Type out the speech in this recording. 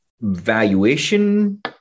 valuation